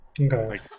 Okay